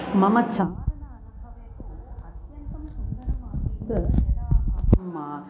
मम चारणानुभवं तु अत्यन्तं सुन्दरम् आसीत् यदा अहम्